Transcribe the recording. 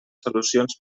solucions